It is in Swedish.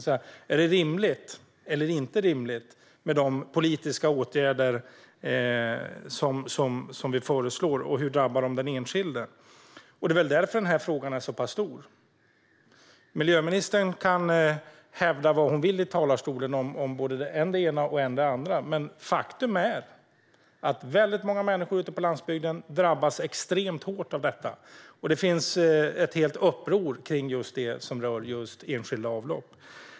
Frågan är alltså: Är de politiska åtgärder vi föreslår rimliga eller inte rimliga, och hur drabbar de den enskilde? Det är väl därför frågan är så pass stor. Miljöministern kan i talarstolen hävda vad hon vill om än det ena, än det andra, men faktum är att väldigt många människor ute på landsbygden drabbas extremt hårt av detta. Det finns ett helt uppror kring just det som rör enskilda avlopp.